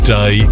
day